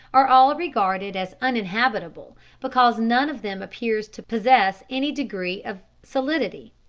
are all regarded as uninhabitable because none of them appears to possess any degree of solidity.